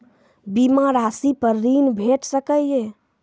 बीमा रासि पर ॠण भेट सकै ये?